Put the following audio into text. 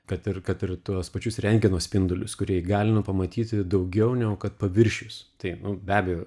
kad ir kad ir tuos pačius rentgeno spindulius kurie įgalino pamatyti daugiau negu kad paviršius tai be abejo